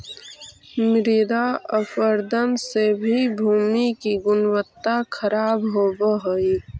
मृदा अपरदन से भी भूमि की गुणवत्ता खराब होव हई